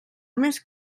més